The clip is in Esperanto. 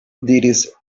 diris